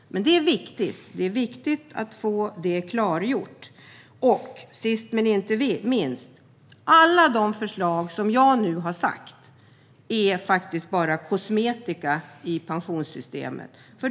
Det är viktigt att få detta klargjort. Och sist men inte minst: Alla de förslag som jag nu har nämnt är faktiskt bara kosmetika i pensionssystemet.